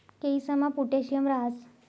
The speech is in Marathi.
केयीसमा पोटॅशियम राहस